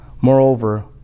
Moreover